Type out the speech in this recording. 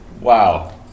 Wow